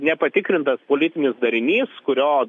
nepatikrintas politinis darinys kurio